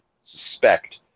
suspect